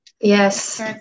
Yes